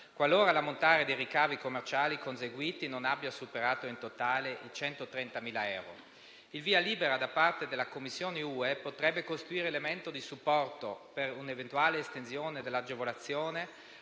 qualora l'ammontare dei ricavi commerciali conseguiti non abbia superato in totale i 130.000 euro. Il via libera da parte della Commissione Ue potrebbe costituire elemento di supporto per un'eventuale estensione dell'agevolazione